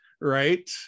right